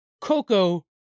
Coco